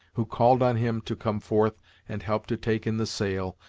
who called on him to come forth and help to take in the sail,